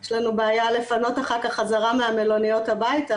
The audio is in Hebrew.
יש לנו בעיה לפנות אחר כך חזרה מהמלוניות הביתה,